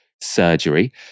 surgery